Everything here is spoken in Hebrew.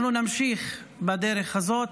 אנחנו נמשיך בדרך הזאת.